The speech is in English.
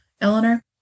Eleanor